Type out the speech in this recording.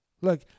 Look